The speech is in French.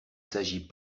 s’agit